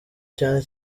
cyane